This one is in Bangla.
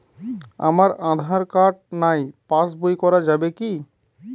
আমার আঁধার কার্ড নাই পাস বই করা যাবে কি?